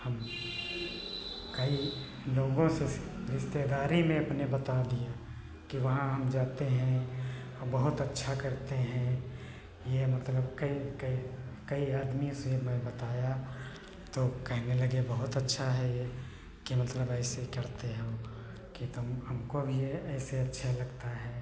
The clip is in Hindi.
हम कई लोगों से से रिश्तेदारी में अपने बता दिया कि वहां हम जाते हैं और बहुत अच्छा करते हैं ये मतलब कई कई कई आदमी से मैं बताया तो कहने लगे बहुत अच्छा है ये कि मतलब ऐसे करते हैं वो हो तुम हमको भी ये ऐसे अच्छा लगता है